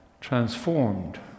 transformed